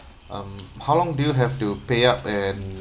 um how long do you have to pay up and